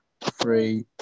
three